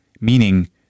Meaning